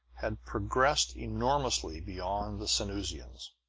had progressed enormously beyond the sanusians.